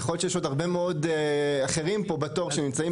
יכול להיות שיש הרבה מאוד אחרים פה בתור שנמצאים